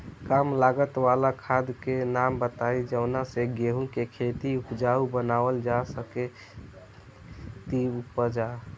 कम लागत वाला खाद के नाम बताई जवना से गेहूं के खेती उपजाऊ बनावल जा सके ती उपजा?